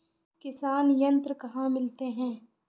किसान यंत्र कहाँ मिलते हैं?